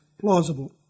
plausible